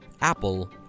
Apple